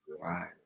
Right